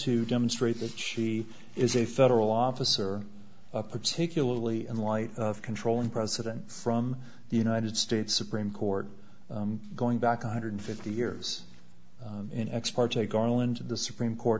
to demonstrate that she is a federal officer particularly in light of controlling president from the united states supreme court going back a one hundred and fifty years in ex parte garland to the supreme court